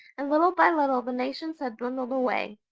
and little by little the nations had dwindled away.